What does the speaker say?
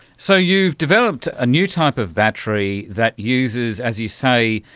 so you've developed a new type of battery that uses, as you say,